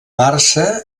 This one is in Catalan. barça